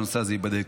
הנושא הזה ייבדק.